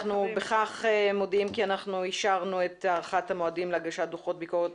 אנחנו בכך מודים כי אנחנו אישרנו את הארכת המועדים להגשת דוחות ביקורת